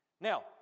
Now